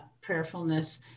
prayerfulness